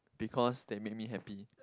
because that make me happy